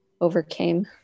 overcame